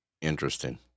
Interesting